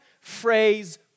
phrase